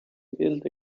build